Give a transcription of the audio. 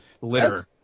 litter